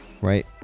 Right